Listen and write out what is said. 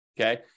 okay